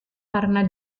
karena